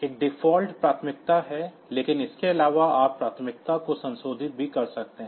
एक डिफ़ॉल्ट प्राथमिकता है लेकिन इसके अलावा आप प्राथमिकता को संशोधित भी कर सकते हैं